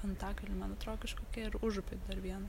antakalny man atro kažkokia ir užupy dar viena